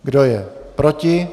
Kdo je proti?